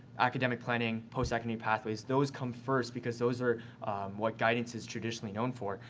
academic planning, post-secondary pathways, those come first because those are what guidance is traditionally known for.